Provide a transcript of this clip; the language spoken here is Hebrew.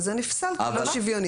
וזה נפסל כי לא שוויוני.